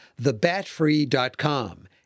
thebatfree.com